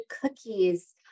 cookies